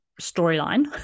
storyline